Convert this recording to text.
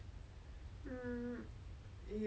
so after that day I'm just like nope